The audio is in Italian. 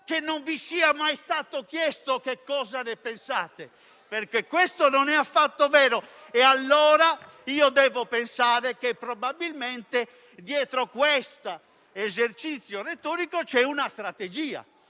che non vi è mai stato chiesto cosa ne pensate, perché non è affatto vero. *(Commenti)*. Allora devo pensare che, probabilmente, dietro questo esercizio retorico c'è una strategia,